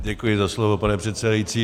Děkuji za slovo, pane předsedající.